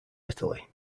italy